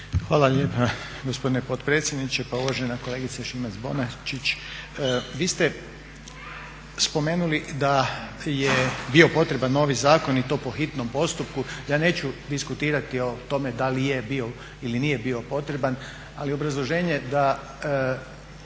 Hvala lijepa gospodine potpredsjedniče. Pa uvažena kolegice Šimac-Bonačić, vi ste spomenuli da je bio potreban novi zakon i to po hitnom postupku, ja neću diskutirati o tome da li je bio ili nije bio potreban ali obrazloženje da